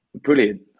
brilliant